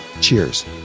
Cheers